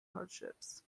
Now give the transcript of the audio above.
hardships